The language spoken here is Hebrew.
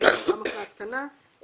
וגם אחרי ההתקנה,